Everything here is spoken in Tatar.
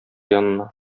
янына